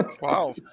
Wow